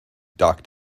docked